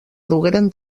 dugueren